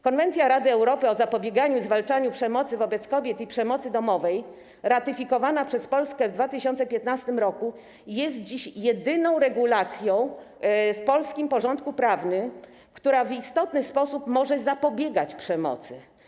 Konwencja Rady Europy o zapobieganiu i zwalczaniu przemocy wobec kobiet i przemocy domowej, ratyfikowana przez Polskę w 2015 r., jest dziś jedyną regulacją w polskim porządku prawnym, która w istotny sposób może zapobiegać przemocy.